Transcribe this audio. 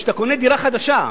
כשאתה קונה דירה חדשה.